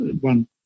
one